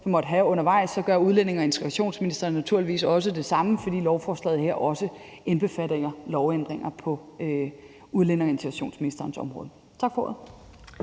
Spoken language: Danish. man måtte have undervejs, gør udlændinge- og integrationsministeren naturligvis også det samme, fordi lovforslaget her også indbefatter lovændringer på udlændinge- og integrationsministerens område. Tak for ordet.